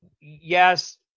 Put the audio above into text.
yes